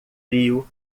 frio